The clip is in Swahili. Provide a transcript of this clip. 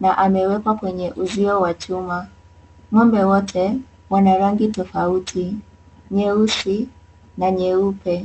na amewekwa kwenye uzio wa chuma ngombe wote wana rangi tofauti nyeusi na nyeupe.